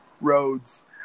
roads